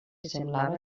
semblava